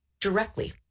directly